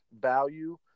value